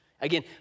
Again